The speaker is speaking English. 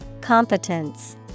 Competence